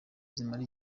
zimara